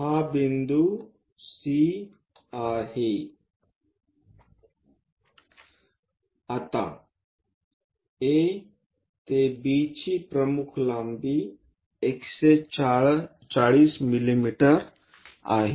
हा बिंदू C आहे आता A ते Bची प्रमुख लांबी 140 मिमी आहे